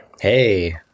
Hey